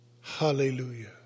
Hallelujah